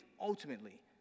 ultimately